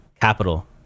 Capital